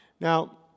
Now